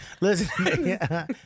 Listen